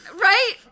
Right